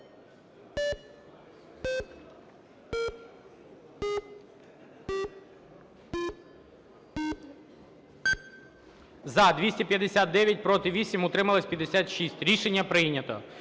За-259 Проти – 8, утримались – 56. Рішення прийнято.